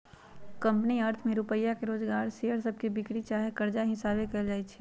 company अर्थ में रुपइया के जोगार शेयर सभके बिक्री चाहे कर्जा हिशाबे कएल जाइ छइ